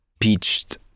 pitched